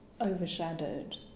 overshadowed